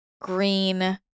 green